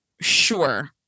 Sure